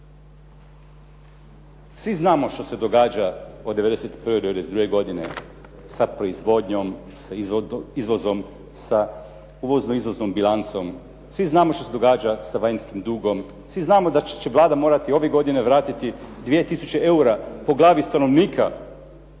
Svi znamo što se događa od 90. do 92. godine sa proizvodnjom, sa izvozom, sa uvozno-izvoznom bilancom, svi znamo što se događa sa vanjskim dugom, svi znamo da će Vlada morati ove godine vratiti 2 tisuće eura po glavi stanovnika,